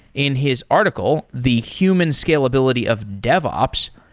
in his article, the human scalability of devops,